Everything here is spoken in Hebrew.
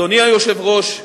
אדוני היושב-ראש,